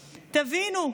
תבינו.